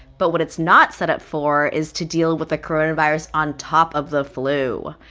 but what it's not set up for is to deal with the coronavirus on top of the flu.